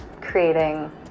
creating